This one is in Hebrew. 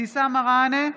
אבתיסאם מראענה,